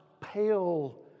pale